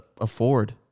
afford